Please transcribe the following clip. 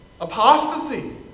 Apostasy